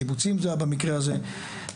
קיבוצים זה היה במקרה הזה.